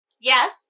Yes